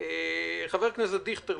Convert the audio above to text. חבר הכנסת דיכטר,